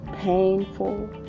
painful